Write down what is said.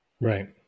Right